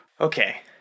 Okay